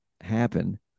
happen